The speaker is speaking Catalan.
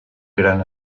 gran